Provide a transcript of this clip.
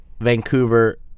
Vancouver